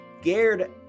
scared